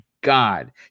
God